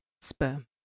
sperm